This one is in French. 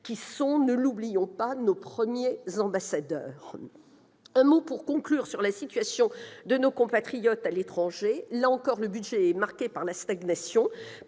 qui sont, ne l'oublions pas, nos premiers ambassadeurs. Je conclurai en évoquant la situation de nos compatriotes à l'étranger. Là encore, le budget est marqué par la stagnation